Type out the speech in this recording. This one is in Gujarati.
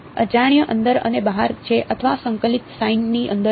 અજાણ્યા અંદર અને બહાર છે અથવા સંકલિત sine ની અંદર છે